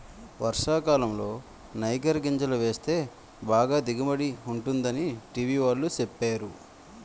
వర్షాకాలంలో నైగర్ గింజలు వేస్తే బాగా దిగుబడి ఉంటుందని టీ.వి వాళ్ళు సెప్పేరు